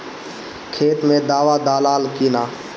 खेत मे दावा दालाल कि न?